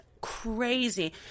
crazy